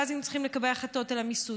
ואז היינו צריכים לקבל החלטות על המיסוי,